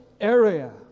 area